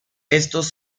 estos